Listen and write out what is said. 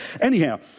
Anyhow